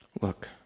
Look